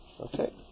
Okay